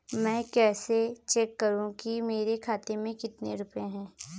मैं कैसे चेक करूं कि मेरे खाते में कितने रुपए हैं?